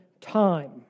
time